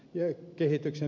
yö kehityksen